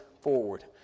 forward